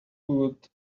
put